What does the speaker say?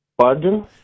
Pardon